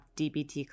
dbt